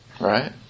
right